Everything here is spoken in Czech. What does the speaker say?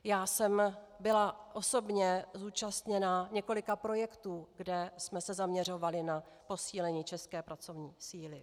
Já jsem byla osobně účastna několika projektů, kde jsme se zaměřovali na posílení české pracovní síly.